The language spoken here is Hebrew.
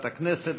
הכנסת.